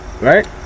Right